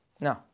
No